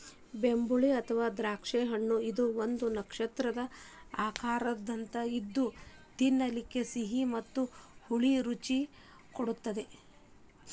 ಬೆಂಬುಳಿ ಅಥವಾ ಕಮರಾಕ್ಷಿ ಹಣ್ಣಇದು ಒಂದು ನಕ್ಷತ್ರದ ಆಕಾರದಂಗ ಇದ್ದು ತಿನ್ನಲಿಕ ಸಿಹಿ ಮತ್ತ ಹುಳಿ ರುಚಿ ಕೊಡತ್ತದ